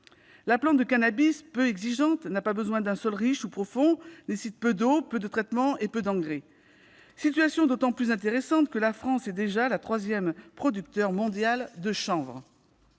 La plante de cannabis, peu exigeante, n'a pas besoin d'un sol riche ou profond. Elle nécessite peu d'eau, peu de traitements et peu d'engrais. La situation présente d'autant plus d'intérêt que la France est déjà le troisième producteur mondial de chanvre.